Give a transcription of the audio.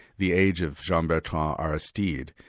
the age of jean-bertrand aristide.